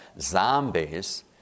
zombies